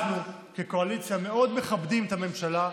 אנחנו כקואליציה מאוד מכבדים את הממשלה,